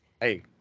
Hey